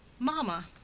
mamma,